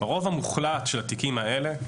הרוב המוחלט של התיקים האלה,